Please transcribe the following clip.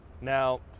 Now